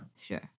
Sure